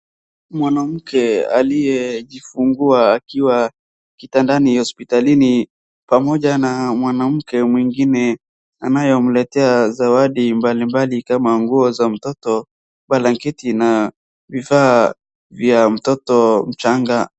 Mwanamke aliyejifungua akiwa kitandani hospitalini pamoja na mwanamke mwingine anayemletea zawadi mbalimbali kama nguo za mtoto, blanketi na vifaa vya mtoto mchanga.